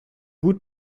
gut